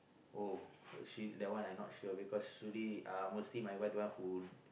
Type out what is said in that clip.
oh she that one I not sure because Shully uh mostly my wife the one who